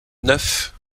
neuf